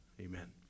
Amen